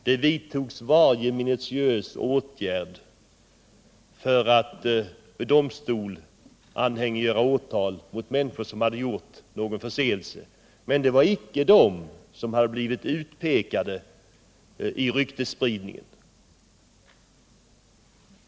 Det vidtogs minutiösa åtgärder för att vid domstol anhängiggöra åtal mot människor som hade gjort sig skyldiga till någon förseelse, men det var icke de som hade blivit utpekade i ryktesspridningen.